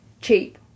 cheap